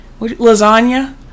Lasagna